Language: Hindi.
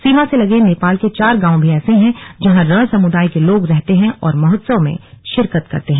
सीमा से लगे नेपाल के चार गाँव भी ऐसे हैं जहां रं समुदाय के लोग रहते हैं और महोत्सव में शिरकत करते हैं